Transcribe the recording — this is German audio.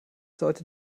sollte